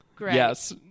Yes